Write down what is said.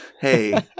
hey